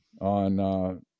on